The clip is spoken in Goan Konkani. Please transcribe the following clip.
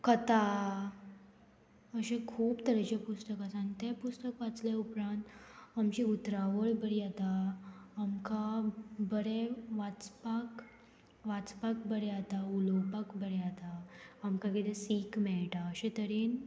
कथा अशें खूब तरेचे पुस्तक आसा आनी ते पुस्तक वाचल्या उपरांत आमची उतरावळ बरी जाता आमकां बरें वाचपाक वाचपाक बरें जाता उलोवपाक बरें जाता आमकां किदें सीख मेळटा अशें तरेन